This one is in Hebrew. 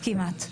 כמעט.